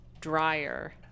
dryer